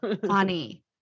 funny